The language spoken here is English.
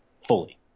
fully